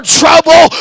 trouble